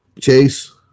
chase